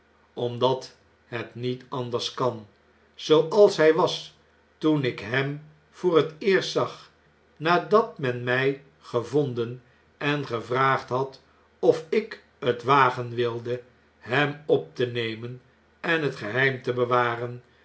omdat het niet anders kan zooals hjj was toen ik hem voor t eerst zag nadat men mij gevonden en gevraagd had of ik het wagen wilde hem op te nemen en het geheim te bewaren